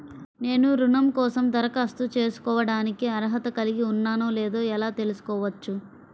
నేను రుణం కోసం దరఖాస్తు చేసుకోవడానికి అర్హత కలిగి ఉన్నానో లేదో ఎలా తెలుసుకోవచ్చు?